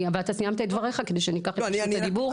אתה סיימת את דבריך, כדי שאני אקח את רשות הדיבור.